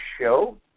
show